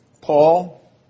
Paul